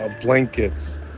blankets